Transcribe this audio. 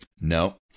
No